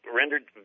rendered